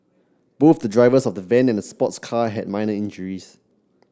both the drivers of the van and the sports car had minor injuries